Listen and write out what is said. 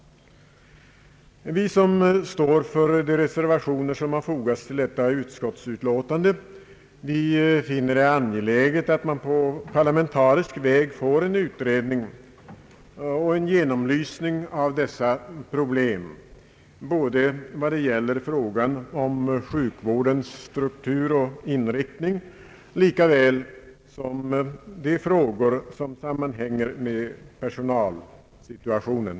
Vi som står för de reservationer som har fogats till detta utskottsutlåtande finner det angeläget att man på parlamentarisk väg får en utredning och genomlysning av dessa problem — det gäller frågan om sjukvårdens struktur och inriktning lika väl som de frågor som sammanhänger med personalsituationen.